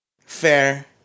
Fair